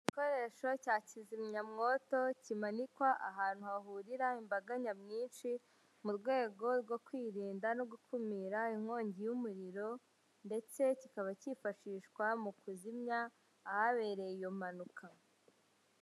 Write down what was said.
Igikoresho cya kizimyamwoto kimanikwa ahantu hahurira imbaga nyamwinshi mu rwego rwo kwirinda no gukumira inkongi y'umuriro ndetse kikaba cyifashishwa mu kuzimya ahabereye iyo mpanuka.